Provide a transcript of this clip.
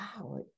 wow